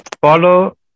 Follow